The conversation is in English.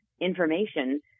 information